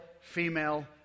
female